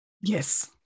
yes